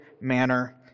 manner